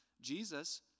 Jesus